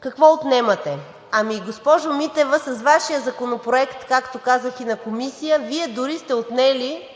какво отнемате? Ами, госпожо Митева, с Вашия Законопроект, както казах и в Комисията, Вие дори сте отнели